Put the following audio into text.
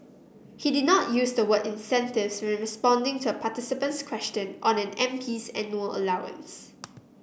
he did not use the word incentives when responding to a participant's question on an MP's annual allowance